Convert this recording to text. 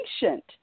patient